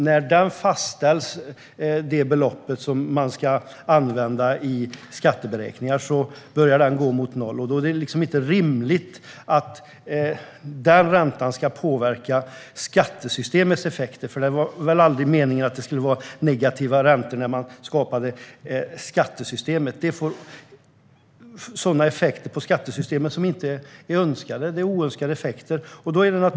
När det belopp som ska användas i skatteberäkningar fastställs börjar den gå mot 0, och det är inte rimligt att den räntan ska påverka skattesystemets effekter. Det var väl aldrig meningen att det skulle vara negativa räntor när man skapade skattesystemet. Det får effekter som inte är önskade. Det är oönskade effekter.